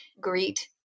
greet